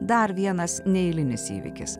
dar vienas neeilinis įvykis